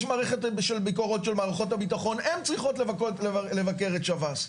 יש מערכת בשל ביקורות של מערכות הביטחון הן צריכות לבקר את שב"ס,